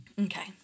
Okay